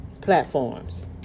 Platforms